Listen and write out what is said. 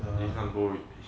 you can't go